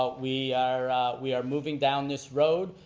we are we are moving down this road,